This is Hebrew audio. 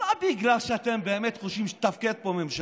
לא בגלל שאתם באמת חושבים שתתפקד פה ממשלה.